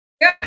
go